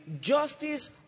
justice